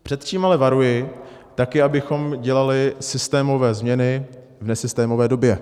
Před čím ale varuji, tak je, abychom dělali systémové změny v nesystémové době.